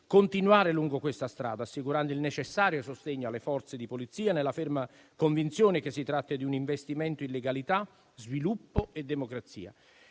continuare lungo questa strada assicurando il necessario sostegno alle Forze di polizia, nella ferma convinzione che si tratta di un investimento in legalità, sviluppo e democrazia.